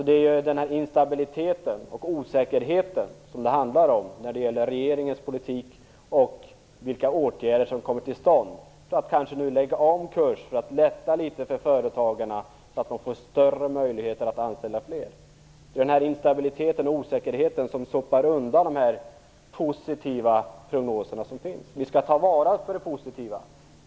Instabiliteten och osäkerheten i regeringens politik om vilka åtgärder som skall vidtas för att lägga om kursen och kanske lätta litet för företagarna så att de får större möjligheter att anställa fler sopar undan det positiva som finns. Vi skall ta vara på det positiva.